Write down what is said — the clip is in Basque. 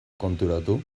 konturatu